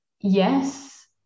yes